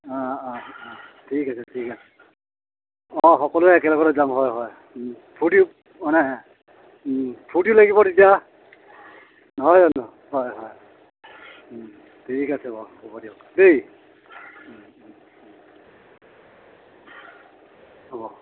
অঁ অঁ অঁ ঠিক আছে ঠিক আছে অঁ সকলোৱে একেলগতে যাম হয় হয় ফূৰ্তি মানে ফূৰ্তিও লাগিব তেতিয়া নহয় জানো হয় হয় ঠিক আছে বাৰু হ'ব দিয়ক দেই অঁ হ'ব